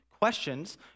questions